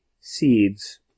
seeds